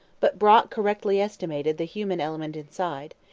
but brock correctly estimated the human element inside,